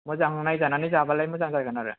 मोजां नायजानानै जाबालाय मोजां जागोन आरो